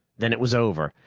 then it was over,